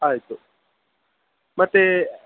ಆಯಿತು ಮತ್ತೆ